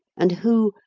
and who,